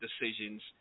decisions